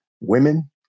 women